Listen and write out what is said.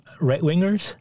right-wingers